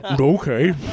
okay